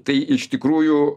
tai iš tikrųjų